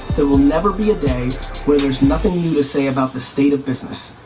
there will never be a day where there's nothing new to say about the state of business.